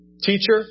Teacher